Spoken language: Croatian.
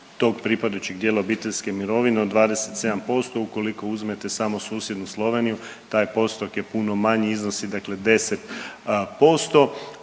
tog pripadajućeg dijela obiteljske mirovine od 27%. Ukoliko uzmete samo susjednu Sloveniju taj postotak je puno manji iznosi 10%,